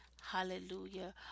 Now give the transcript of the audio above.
Hallelujah